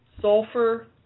sulfur